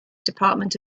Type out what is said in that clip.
department